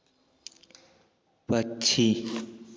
पक्षी